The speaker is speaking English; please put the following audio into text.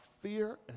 fear